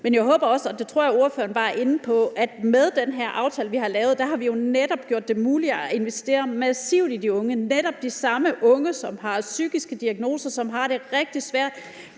Men jeg håber også, og det tror jeg ordføreren var inde på, at vi med den her aftale, vi har lavet, netop har gjort det muligt at investere massivt i de unge, netop de samme unge, som har psykiske diagnoser, og som har det rigtig svært.